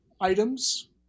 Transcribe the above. items